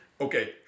Okay